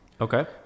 Okay